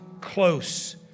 close